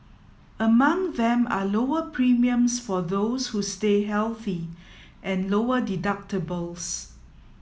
among them are lower premiums for those who stay healthy and lower deductibles